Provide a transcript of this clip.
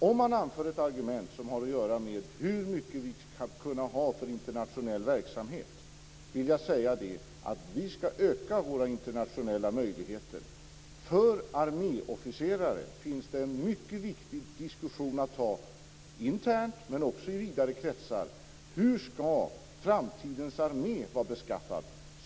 Om man anför ett argument som har att göra med hur mycket internationell verksamhet vi skall kunna ha vill jag säga att vi skall öka våra internationella möjligheter. För arméofficerare finns det en mycket viktig diskussion att ta - internt, men också i vidare kretsar: Hur skall framtidens armé vara beskaffad?